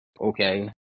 okay